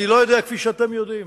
אני לא יודע כפי שאתם יודעים.